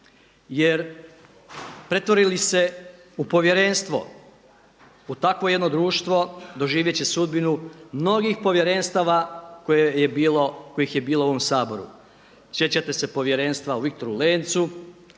jer pretvori li se povjerenstvo u takvo jedno društvo doživjet će sudbinu mnogih povjerenstava kojih je bilo u ovom Saboru. Sjećate se povjerenstva o Viktoru Lencu,